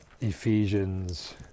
Ephesians